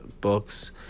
books